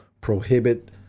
prohibit